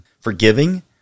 forgiving